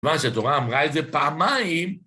מה? שהתורה אמרה את זה פעמיים?